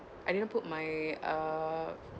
I didn't put my uh